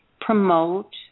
promote